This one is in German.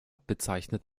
bezeichnet